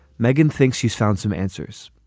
megan thinks she's found some answers